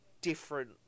different